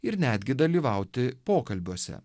ir netgi dalyvauti pokalbiuose